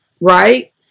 right